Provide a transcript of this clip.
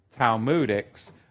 Talmudics